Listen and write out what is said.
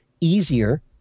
easier